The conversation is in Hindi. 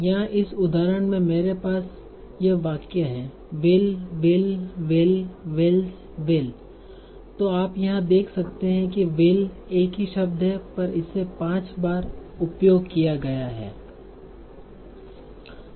यहाँ इस उदाहरण में मेरे पास यह वाक्य है will will will will's will तो आप यहां देख रहे हैं विल एक ही शब्द है पर इसे 5 बार उपयोग किया गया है